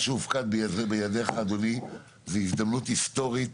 מה שהופקד בידיך אדני, זו הזדמנות היסטורית,